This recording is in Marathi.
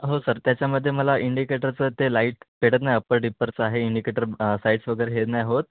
हो सर त्याच्यामध्ये मला इंडिकेटरचं ते लाईट पेटत नाही अपर डि्परचं आहे इंडिकेटर साईड्स वगैरे हे नाही होत